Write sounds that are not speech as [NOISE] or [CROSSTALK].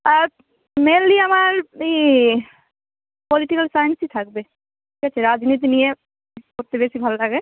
আর mainly আমার ই political সাইন্সই থাকবে [UNINTELLIGIBLE] আছে রাজনীতি নিয়ে পড়তে বেশি ভালো লাগে